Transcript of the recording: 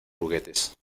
juguetes